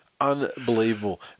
unbelievable